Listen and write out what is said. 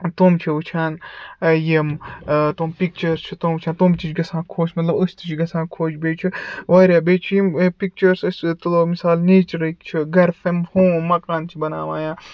تُِ چھِ وُچھان یِم تِم پِکچٲرٕس چھِ تِم وُچھان تِم تہِ چھِ گَژھان خۄش مطلب أسۍ تہِ چھِ گَژھان خۄش بیٚیہِ چھُ واریاہ بیٚیہِ چھِ یِم پِکچٲرٕس أسۍ تُلو مِثال نیٚچرٕکۍ چھِ گَر فیم ہوم مَکان چھِ بَناوان یا